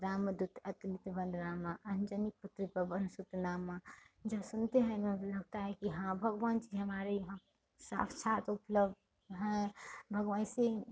राम दूत अतुलित बलधामा अंजनी पुत्र पवनसुत नामा जो सुनते हैं न तो लगता है कि हाँ भगवान जी हमारे यहाँ साक्षात अपलब्ध हैं भगवान ऐसे ही